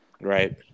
Right